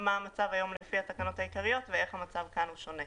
מה המצב היום לפני התקנות העיקריות ואיך המצב כאן הוא שונה.